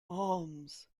arms